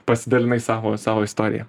pasidalinai savo savo istorija